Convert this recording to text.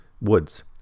woods